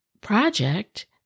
project